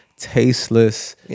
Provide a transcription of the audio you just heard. tasteless